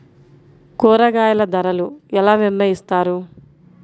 కూరగాయల ధరలు ఎలా నిర్ణయిస్తారు?